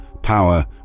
power